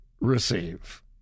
receive